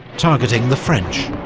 targeting the french.